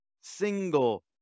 single